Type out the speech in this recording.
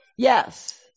Yes